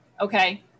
Okay